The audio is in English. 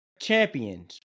Champions